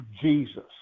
Jesus